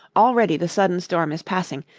already the sudden storm is passing,